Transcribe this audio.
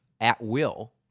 Atwill